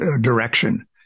direction